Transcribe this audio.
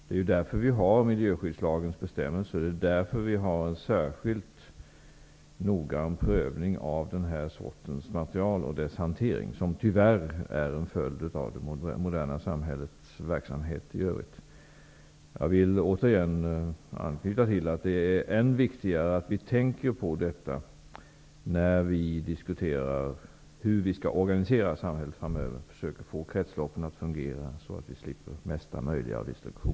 Det är därför som vi har miljöskyddslagens bestämmelser, och det är därför som vi har en särskilt noggrann prövning av denna sorts material och dess hantering, vilket tyvärr är en följd av det moderna samhällets verksamhet i övrigt. Jag vill återigen anknyta till att det är än viktigare att vi tänker på detta när vi diskuterar hur vi skall organisera samhället framöver och att vi försöker få kretsloppet att fungera, så att vi slipper mesta möjliga destruktion.